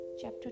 chapter